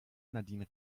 nadine